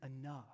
enough